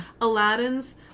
Aladdin's